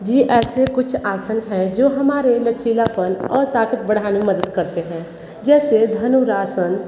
जी ऐसे कुछ आसन हैं जो हमारे लचीलापन और ताकत बढ़ाने में मदद करते हैं जैसे धनुरासन